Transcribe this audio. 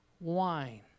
wine